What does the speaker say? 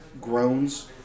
groans